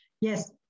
Yes